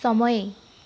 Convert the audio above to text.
समय